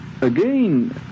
again